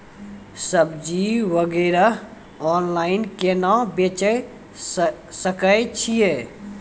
सब्जी वगैरह ऑनलाइन केना बेचे सकय छियै?